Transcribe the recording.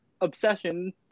obsession